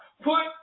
put